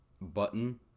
button